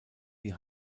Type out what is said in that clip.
die